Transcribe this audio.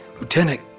Lieutenant